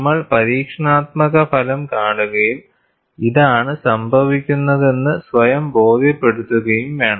നമ്മൾ പരീക്ഷണാത്മക ഫലം കാണുകയും ഇതാണ് സംഭവിക്കുന്നതെന്ന് സ്വയം ബോധ്യപ്പെടുത്തുകയും വേണം